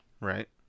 Right